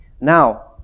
now